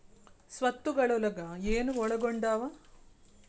ಸ್ವತ್ತುಗಲೊಳಗ ಏನು ಒಳಗೊಂಡಾವ?